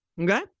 Okay